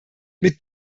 mit